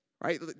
right